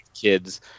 kids